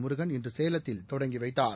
முருகன் இன்று சேலத்தில் தொடங்கி வைத்தார்